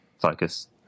focus